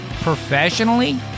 Professionally